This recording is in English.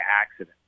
accident